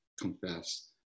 confess